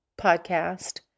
podcast